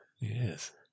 Yes